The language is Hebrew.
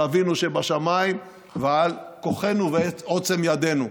אבינו שבשמיים ועל כוחנו ועוצם ידינו.